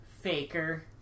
faker